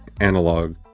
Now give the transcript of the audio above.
analog